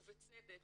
ובצדק,